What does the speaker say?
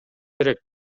керек